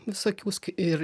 visokių sk ir